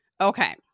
Okay